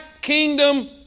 kingdom